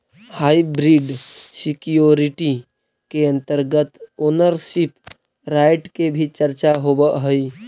hybrid security के अंतर्गत ownership right के भी चर्चा होवऽ हइ